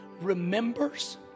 remembers